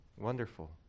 Wonderful